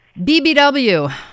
BBW